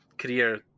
career